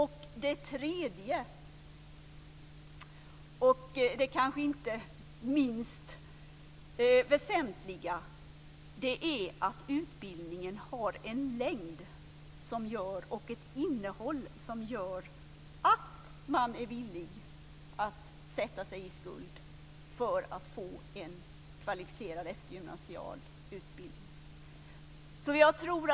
För det tredje, och kanske inte minst väsentligt, gör utbildningens längd och innehåll att man är villig att sätta sig i skuld för att få en kvalificerad eftergymnasial utbildning.